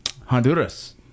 Honduras